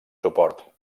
suport